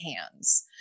hands